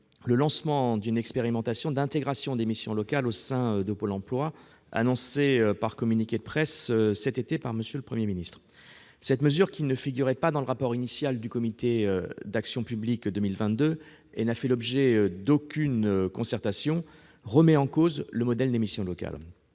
le lancement d'une expérimentation de l'intégration des missions locales au sein de Pôle emploi, annoncé par voie de communiqué de presse cet été par le Premier ministre. Cette mesure, qui ne figurait pas dans le rapport initial du comité « action publique 2022 » et qui n'a fait l'objet d'aucune concertation, remet en cause le modèle des missions locales.